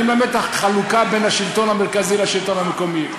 אני מלמד אותך חלוקה בין השלטון המרכזי לשלטון המקומי,